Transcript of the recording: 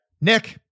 Nick